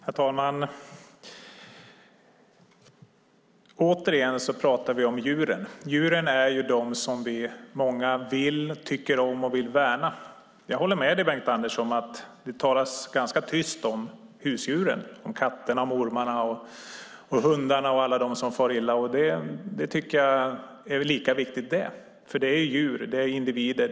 Herr talman! Återigen pratar vi om djuren. Djuren är det många som tycker om och vill värna. Jag håller med dig, Bengt-Anders, om att det talas ganska tyst om husdjuren, katterna, ormarna, hundarna och alla som far illa. Det tycker jag är lika viktigt. Det är djur. Det är individer.